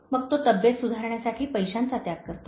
मग तो तब्येत सुधारण्यासाठी पैशांचा त्याग करतो